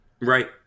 Right